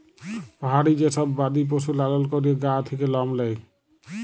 পাহাড়ি যে সব বাদি পশু লালল ক্যরে গা থাক্যে লম লেয়